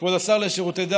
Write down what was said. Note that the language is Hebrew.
כבוד השר לשירותי דת,